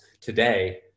today